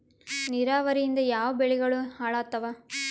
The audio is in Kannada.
ನಿರಾವರಿಯಿಂದ ಯಾವ ಬೆಳೆಗಳು ಹಾಳಾತ್ತಾವ?